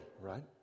right